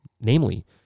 namely